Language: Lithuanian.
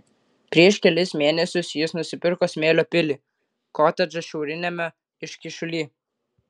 prieš kelis mėnesius jis nusipirko smėlio pilį kotedžą šiauriniame iškyšuly